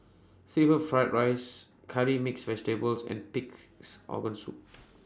Seafood Fried Rice Curry Mixed Vegetables and Pig'S Organ Soup